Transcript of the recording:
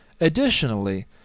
Additionally